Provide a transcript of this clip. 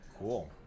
Cool